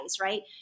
right